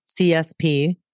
CSP